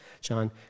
John